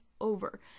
over